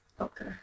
Okay